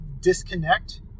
disconnect